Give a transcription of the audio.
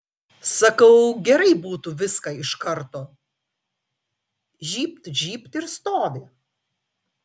sakau gerai būtų viską iš karto žybt žybt ir stovi